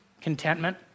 contentment